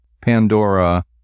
Pandora